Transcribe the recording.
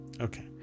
okay